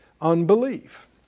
unbelief